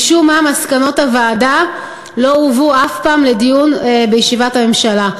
משום מה מסקנות הוועדה לא הובאו אף פעם לדיון בישיבת הממשלה.